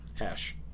Ash